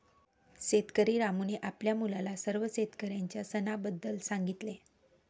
शेतकरी रामूने आपल्या मुलाला सर्व शेतकऱ्यांच्या सणाबद्दल सांगितले